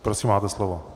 Prosím, máte slovo.